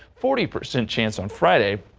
forty percent chance on friday.